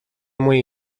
muy